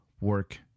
work